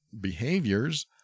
behaviors